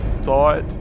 thought